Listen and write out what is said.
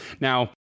Now